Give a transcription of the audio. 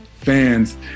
fans